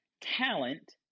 talent